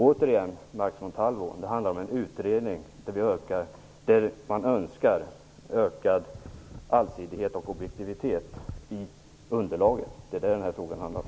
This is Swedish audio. Återigen, Max Montalvo, vill jag säga att detta handlar om en utredning där man önskar ökad allsidighet och objektivitet i underlaget. Det är det som denna fråga handlar om.